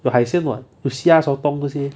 有海鲜 what 有虾 sotong 这些